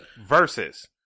versus